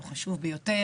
הוא חשוב ביותר.